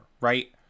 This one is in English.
right